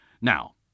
Now